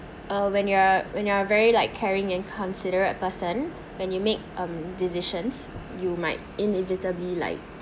uh when you're when you're very like caring and considerate person when you make um decisions you might inevitably like